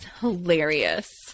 hilarious